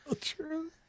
True